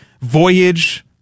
voyage